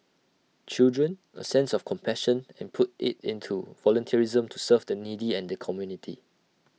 children A sense of compassion and put IT into volunteerism to serve the needy and the community